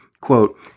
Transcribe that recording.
quote